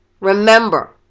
Remember